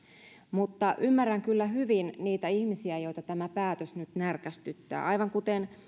mutta ymmärrän kyllä hyvin niitä ihmisiä joita tämä päätös nyt närkästyttää aivan kuten